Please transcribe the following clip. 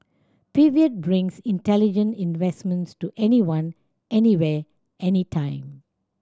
pivot brings intelligent investments to anyone anywhere anytime